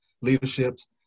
leaderships